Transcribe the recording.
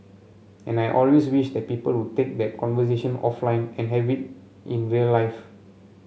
and I always wish that people would take that conversation offline and have it in real life